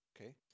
Okay